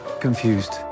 confused